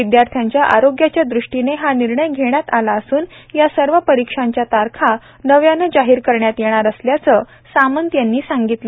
विद्यार्थ्यांच्या आरोग्याच्या दृष्टीने हा निर्णय घेण्यात आला असून या सर्व परीक्षांच्या तारखा नव्याने जाहीर करण्यात येणार असल्याचं सामंत यांनी संगितलं